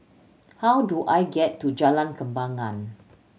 how do I get to Jalan Kembangan